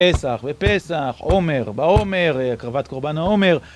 פסח ופסח, עומר ועומר, הקרבת קורבן העומר